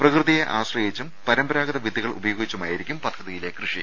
പ്രകൃതിയെ ആശ്രയിച്ചും പരമ്പരാഗത വിത്തുകൾ ഉപയോഗി ച്ചുമായിരിക്കും പദ്ധതിയിലെ കൃഷി